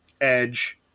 edge